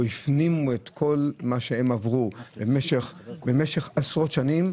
הפנימו את כל מה שהם עברו במשך עשרות שנים,